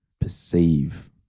perceive